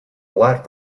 lot